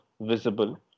visible